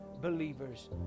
believers